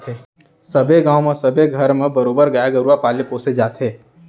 सबे गाँव म सबे घर म बरोबर गाय गरुवा पाले पोसे जाथे